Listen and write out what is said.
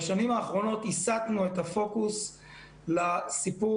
בשנים האחרונות הסטנו את הפוקוס לסיפור